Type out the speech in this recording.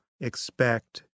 expect